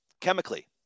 chemically